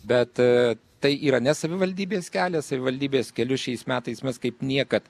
bet tai yra ne savivaldybės kelias savivaldybės kelius šiais metais mes kaip niekad